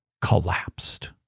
collapsed